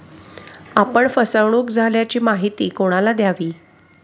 आपण फसवणुक झाल्याची माहिती कोणाला द्यावी?